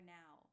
now